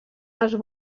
els